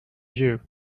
you